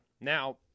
Now